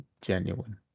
genuine